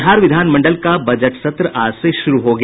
बिहार विधानमंडल का बजट सत्र आज से शुरु हो गया